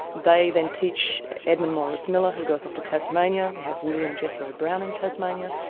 they then teach edmund morris-miller who goes off to tasmania, we have william jethro brown in tasmania,